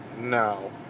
No